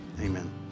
Amen